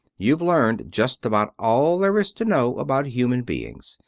you've learned just about all there is to know about human beings.